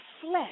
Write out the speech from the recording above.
flesh